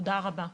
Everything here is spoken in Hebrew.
תודה רבה,